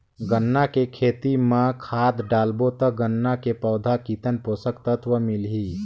गन्ना के खेती मां खाद डालबो ता गन्ना के पौधा कितन पोषक तत्व मिलही?